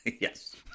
Yes